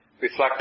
Reflect